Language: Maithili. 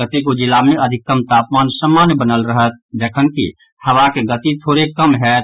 कतेको जिला मे अधिकतम तापमान सामान्य बनल रहत जखनकि हवाक गति थोड़ेक कम होयत